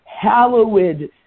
hallowed